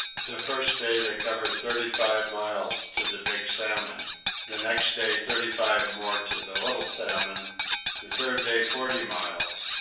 the first day they covered thirty-five miles to the big salmon the next day thirty-five more to the little salmon the third day forty miles,